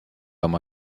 oma